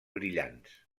brillants